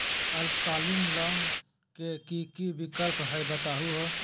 अल्पकालिक लोन के कि कि विक्लप हई बताहु हो?